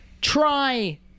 Try